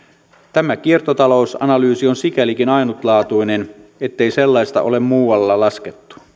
tämä kiertotalousanalyysi on sikälikin ainutlaatuinen ettei sellaista ole muualla laskettu